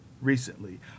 recently